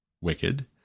wicked